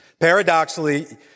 Paradoxically